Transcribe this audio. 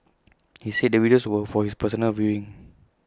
he said the videos were for his personal viewing